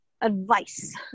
advice